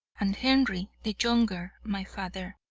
and henry the younger, my father.